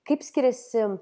kaip skiriasi